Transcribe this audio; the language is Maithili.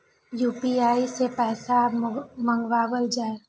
यू.पी.आई सै पैसा मंगाउल जाय?